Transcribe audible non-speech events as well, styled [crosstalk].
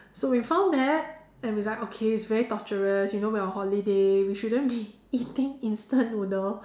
so we found that and we're like it's very torturous you know we're on holiday we shouldn't be [laughs] eating instant noodle